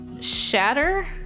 shatter